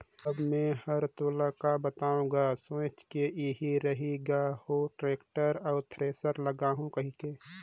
अब मे हर तोला का बताओ गा सोच के एही रही ग हो टेक्टर अउ थेरेसर लागहूँ कहिके